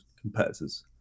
competitors